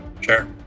Sure